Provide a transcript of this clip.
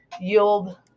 yield